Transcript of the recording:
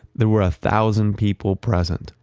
there were a thousand people present.